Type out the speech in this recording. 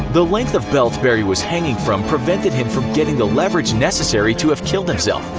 the length of belt barry was hanging from prevented him from getting the leverage necessary to have killed himself.